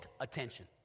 attention